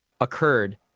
occurred